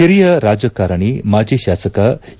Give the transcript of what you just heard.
ಹಿರಿಯ ರಾಜಕಾರಣ ಮಾಜಿ ಶಾಸಕ ಎ